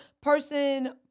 person